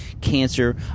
cancer